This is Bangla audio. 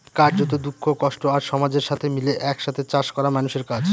কার্যত, দুঃখ, কষ্ট আর সমাজের সাথে মিলে এক সাথে চাষ করা মানুষের কাজ